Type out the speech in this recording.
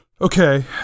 Okay